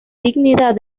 dignidad